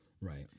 Right